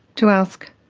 to ask,